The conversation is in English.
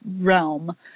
realm